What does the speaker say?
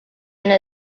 later